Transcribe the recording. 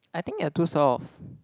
I think you're too soft